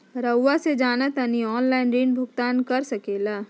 रहुआ से जाना तानी ऑनलाइन ऋण भुगतान कर सके ला?